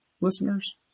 listeners